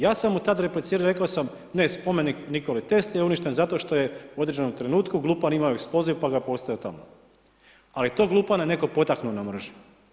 Ja sam mu tada replicirao, rekao sam, ne spomenik Nikoli Tesli je uništen zato što je u određenom trenutku glupan imao eksploziv pa ga postavio tamo, ali to glupana je neko potaknuo na mržnju.